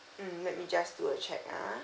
mm let me just do a check ah